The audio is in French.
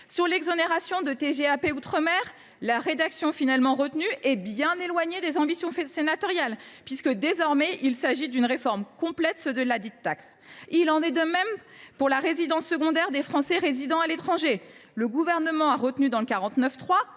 Sur l’exonération de TGAP dans les outre mer, la rédaction finalement retenue est bien éloignée des ambitions sénatoriales : l’article devient une réforme complète de la taxe. Il en est de même pour la résidence secondaire des Français résidant à l’étranger. Le Gouvernement a retenu,